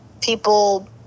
people